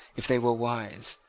if they were wise,